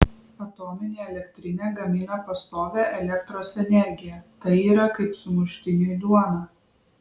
atominė elektrinė gamina pastovią elektros energiją tai yra kaip sumuštiniui duona